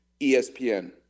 ESPN